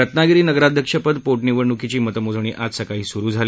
रत्नागिरी नगराध्यक्षपद पो निवडणुकीची मतमोजणी आज सकाळी सुरू झाली